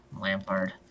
Lampard